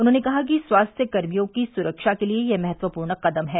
उन्होंने कहा कि स्वास्थ्यकर्मियों की सुरक्षा के लिए यह महत्वपूर्ण कदम है